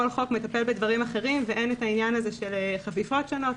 כל חוק מטפל בדברים אחרים ואין חפיפות שונות.